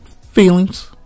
feelings